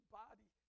body